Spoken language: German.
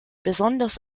besonders